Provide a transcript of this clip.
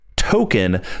token